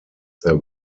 there